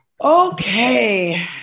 Okay